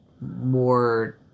more